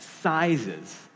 sizes